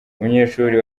umunyeshuri